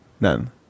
none